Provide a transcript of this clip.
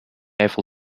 eiffel